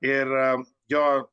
ir jo